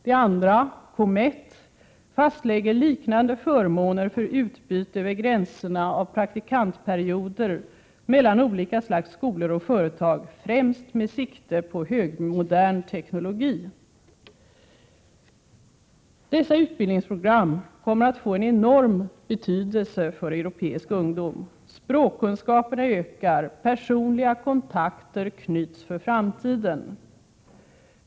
Det andra, COMETT, fastlägger liknande förmåner för utbyte över gränserna av praktikantperioder mellan olika slags skolor och företag, främst med sikte på högmodern teknologi. Dessa utbildningsprogram kommer att få en enorm betydelse för europeisk ungdom. Språkkunskaperna ökar, personliga kontakter knyts för framtiden.